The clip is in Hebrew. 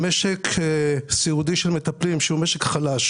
ממשק סיעודי של מטפלים, שהוא משק חלש